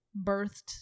birthed